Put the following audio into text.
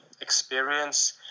experience